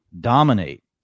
dominate